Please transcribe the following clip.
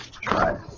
try